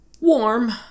warm